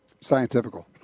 scientifical